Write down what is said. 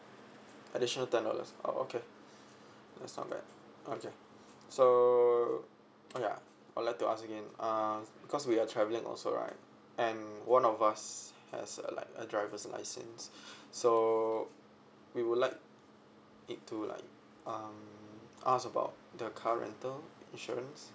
additional ten dollars oh okay that's not bad okay so ya I like to ask again uh because we are travelling also right and one of us has a like a driver's license so we would like it to like um ask about the car rental insurance